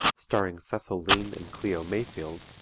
starring cecil lean and cleo mayfield,